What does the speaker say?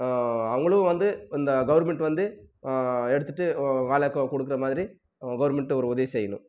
அவங்களும் வந்து இந்த கவர்மெண்ட் வந்து எடுத்துட்டு வேலை க கொடுக்குற மாதிரி கவர்மெண்ட்டு ஒரு உதவி செய்யணும்